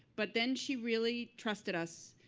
but then she really trusted us.